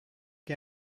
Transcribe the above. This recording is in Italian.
che